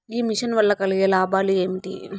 ఈ మిషన్ వల్ల కలిగే లాభాలు ఏమిటి?